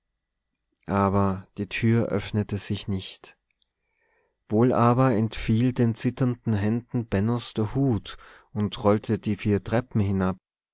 aber die tür öffnete sich nicht wohl aber entfiel den zitternden händen bennos der hut und rollte die vier treppen hinab